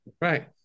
Right